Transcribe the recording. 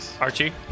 Archie